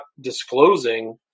disclosing